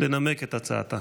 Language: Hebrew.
לנמק את הצעתה.